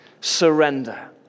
Surrender